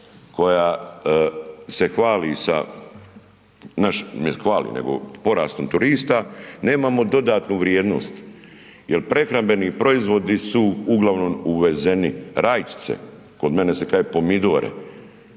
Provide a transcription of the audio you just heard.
koja se hvali, ne hvali, nego porastom turista, nemamo dodatnu vrijednost jel prehrambeni proizvodi su uglavnom uvezeni. Rajčice, kod mene se kaže pomidore,